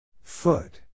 Foot